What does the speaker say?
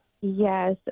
Yes